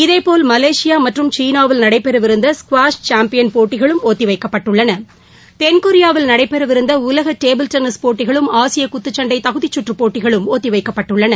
இதேபோல் மலேசியா மற்றும் சீனாவில் நடைபெறவிருந்த ஸ்குவாஷ் சாம்பியன் போட்டிகளும் ஒத்தி வைக்கப்பட்டுள்ளன தென்கொரியாவில் நடைபெறவிருந்த உலக டேபிள் டென்னிஸ் போட்டிகளும் ஆசிய குத்துச்சண்டை தகுதிச் சுற்று போட்டிகளும் ஒத்தி வைக்கப்பட்டுள்ளன